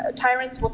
ah tyrants